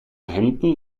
hemden